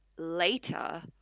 Later